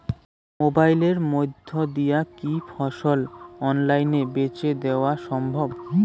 মোবাইলের মইধ্যে দিয়া কি ফসল অনলাইনে বেঁচে দেওয়া সম্ভব?